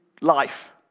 life